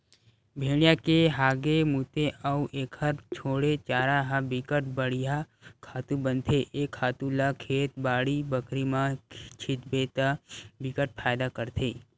भेड़िया के हागे, मूते अउ एखर छोड़े चारा ह बिकट बड़िहा खातू बनथे ए खातू ल खेत, बाड़ी बखरी म छितबे त बिकट फायदा करथे